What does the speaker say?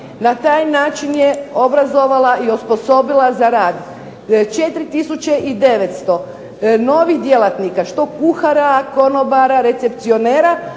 na taj način je obrazovala i osposobila za rad 4 tisuće i 900 novih djelatnika, što kuhara, konobara, recepcionera,